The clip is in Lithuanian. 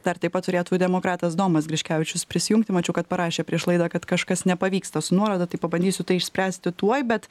dar taip pat turėtų demokratas domas griškevičius prisijungti mačiau kad parašė prieš laidą kad kažkas nepavyksta su nuoroda tai pabandysiu tai išspręsti tuoj bet